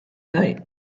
night